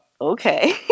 okay